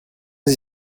sie